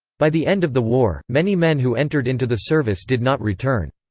by the end of the war, many men who entered into the service did not return.